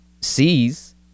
sees